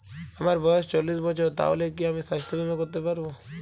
আমার বয়স চল্লিশ বছর তাহলে কি আমি সাস্থ্য বীমা করতে পারবো?